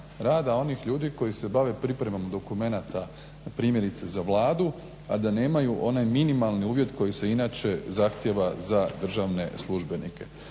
rada onih ljudi koji se bave pripremom dokumenata, primjerice za Vladu a da nemaju onaj minimalni uvjet koji se inače zahtjeva za državne službenike.